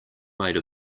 made